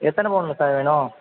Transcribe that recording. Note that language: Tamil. எத்தனை பவுனில் சார் வேணும்